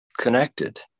connected